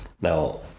now